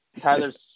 tyler's